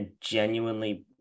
genuinely